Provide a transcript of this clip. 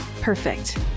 perfect